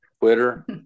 Twitter